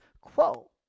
quo